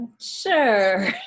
sure